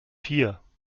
vier